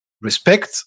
respect